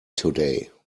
today